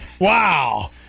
Wow